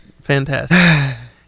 fantastic